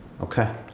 Okay